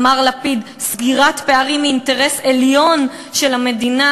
אמר לפיד: סגירת פערים היא אינטרס עליון של המדינה.